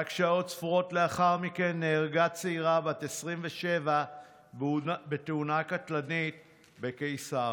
רק שעות ספורות לאחר מכן נהרגה צעירה בת 27 בתאונה קטלנית בקיסריה.